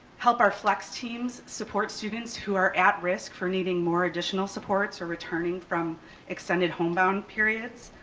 help our flex teams support students who are at risk for needing more additional supports or returning from extended home bound periods.